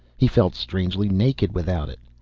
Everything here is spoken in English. he felt strangely naked without it.